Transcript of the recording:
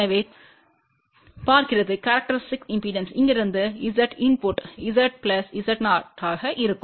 எனவே பார்க்கிறது இங்கிருந்து Z இன்புட் Z Z0 ஆக இருக்கும்